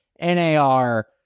NAR